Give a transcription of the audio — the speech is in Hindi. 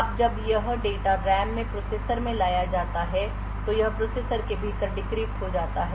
अब जब यह डेटा रैम से प्रोसेसर में ले जाया जाता है तो यह प्रोसेसर के भीतर डिक्रिप्ट हो जाता है